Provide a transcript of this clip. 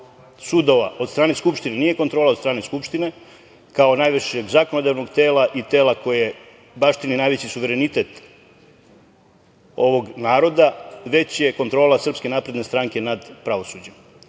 sudova od strane Skupštine nije kontrola od strane Skupštine, kao najvišeg zakonodavnog tela i tela koje baštini najveći suverenitet ovog naroda, već je kontrola SNS nad pravosuđem. Tu